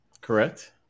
correct